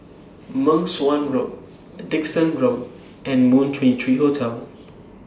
Meng Suan Road Dickson Road and Moon twenty three Hotel